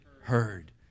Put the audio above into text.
heard